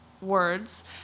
words